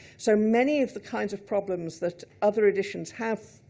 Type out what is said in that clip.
so many of the kinds of problems that other editions have,